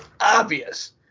obvious